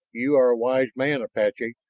you are a wise man, apache,